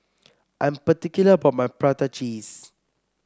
I'm particular about my Prata Cheese